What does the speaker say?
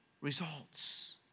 results